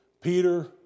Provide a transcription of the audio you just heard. Peter